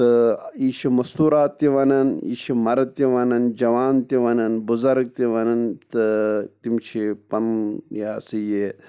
تہٕ یہِ چھِ مَستوٗرات تہِ وَنان یہِ چھِ مَرٕد تہِ وَنان جوان تہِ وَنان بُزرٕگ تہِ وَنان تہٕ تِم چھِ پَنُن یہِ ہسا یہِ